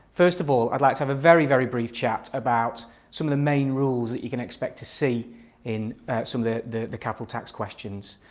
first of all i'd like to have a very very brief chat about some of the main rules that you can expect to see in some of the the capital tax questions.